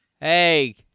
Hey